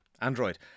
Android